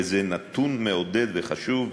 וזה נתון מעודד וחשוב.